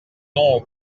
nom